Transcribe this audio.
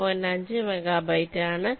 5 megabyte ആണ്